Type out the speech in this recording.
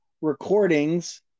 recordings